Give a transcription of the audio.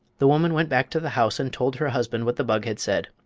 the woman went back to the house and told her husband what the bug had said.